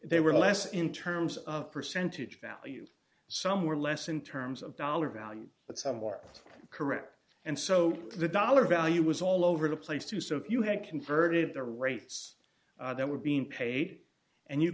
they were less in terms of percentage value some were less in terms of dollar value but some were correct and so the dollar value was all over the place too so if you had converted the rates that were being paid and you